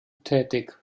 tätig